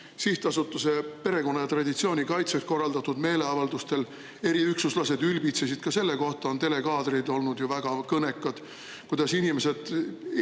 Sihtasutuse Perekonna ja Traditsiooni Kaitseks korraldatud meeleavaldustel eriüksuslased ülbitsesid, ka selle kohta on telekaadrid olnud ju väga kõnekad; kuidas inimesed,